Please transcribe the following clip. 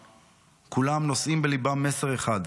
כולם נושאים בליבם מסר אחד,